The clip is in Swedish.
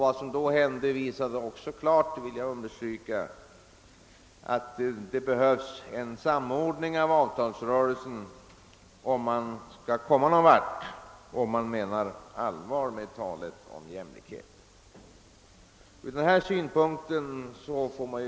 Vad som då hände visade också klart — det vill jag understryka — att man måste åstadkomma en samordning av avtalsrörelserna om man menar allvar med talet om jämlikhet och vill komma någon vart på den vägen.